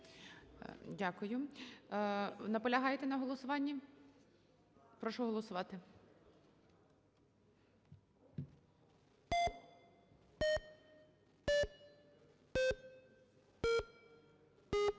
Дякую. Наполягаєте на голосуванні? Прошу голосувати.